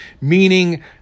meaning